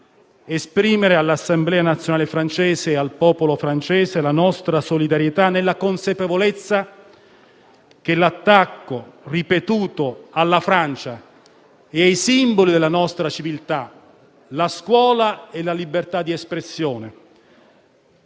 esprimere all'Assemblea nazionale francese e al popolo francese la nostra solidarietà, nella consapevolezza che l'attacco ripetuto alla Francia e ai simboli della nostra civiltà - la scuola e la libertà di espressione,